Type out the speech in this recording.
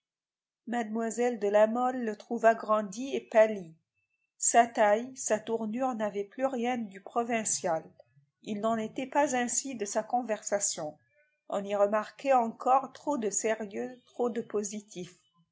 mlle de la mole le trouva grandi et pâli sa taille sa tournure n'avaient plus rien du provincial il n'en était pas ainsi de sa conversation on y remarquait encore trop de sérieux trop de positif